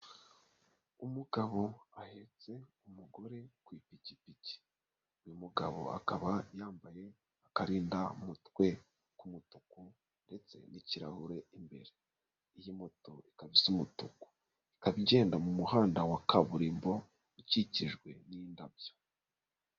Umugabo ahetse umugore ku ipikipiki. Uyu mugabo akaba yambaye akarinda mutwe k'umutuku ndetse n'ikirahure imbere. Iyi moto ikaba isa umutuku. Ikaba igenda mu muhanda wa kaburimbo ukikijwe n'indabyo.